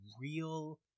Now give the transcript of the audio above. real